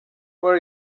where